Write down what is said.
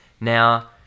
now